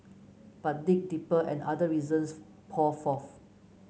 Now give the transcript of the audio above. but dig deeper and other reasons pour forth